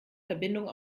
verbindung